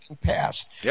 passed